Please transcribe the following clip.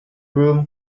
broom